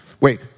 Wait